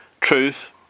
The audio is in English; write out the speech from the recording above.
truth